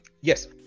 Yes